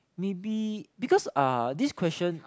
maybe because uh this question